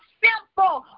simple